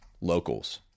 Locals